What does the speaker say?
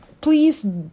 please